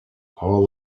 all